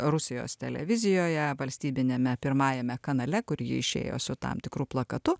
rusijos televizijoje valstybiniame pirmajame kanale kur ji išėjo su tam tikru plakatu